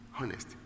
Honest